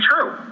true